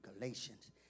Galatians